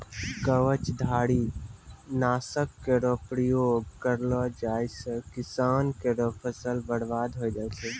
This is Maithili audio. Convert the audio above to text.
कवचधारी? नासक केरो प्रयोग करलो जाय सँ किसान केरो फसल बर्बाद होय जाय छै